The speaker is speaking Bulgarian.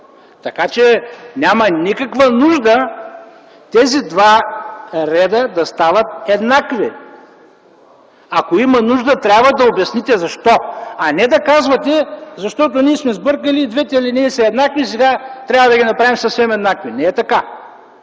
Така че, няма никаква нужда тези два реда да стават еднакви. Ако има нужда, трябва да обясните защо, а не да казвате: „Защото ние сме сбъркали, двете алинеи са еднакви, сега трябва да ги направим съвсем еднакви.” Не е така.